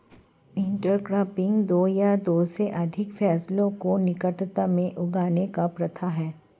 intercropping दो या दो से अधिक फसलों को निकटता में उगाने की प्रथा है